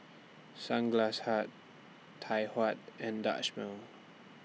Sunglass Hut Tai Hua and Dutch Mill